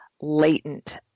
latent